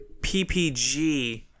PPG